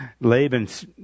Laban's